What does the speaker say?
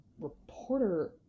Reporter